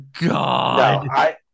god